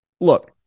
Look